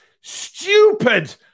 stupid